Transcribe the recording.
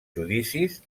judicis